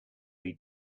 feet